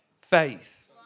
faith